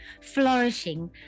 flourishing